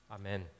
Amen